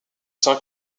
sera